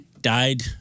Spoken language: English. died